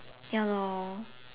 ya lor